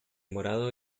morado